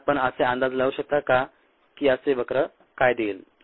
आणि आपण असे अंदाज लावू शकता का की असे वक्र काय देईल